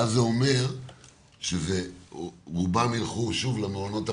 ואז זה אומר שרובם ילכו שוב למעונות הפרטיים,